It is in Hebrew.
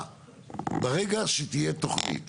שתהיה תוכנית